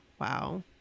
wow